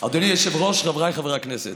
אדוני היושב-ראש, חבריי חברי הכנסת,